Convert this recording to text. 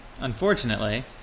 Unfortunately